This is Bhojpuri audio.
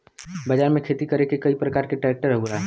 बाजार में खेती करे के कई परकार के ट्रेक्टर होला